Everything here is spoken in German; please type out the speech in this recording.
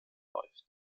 läuft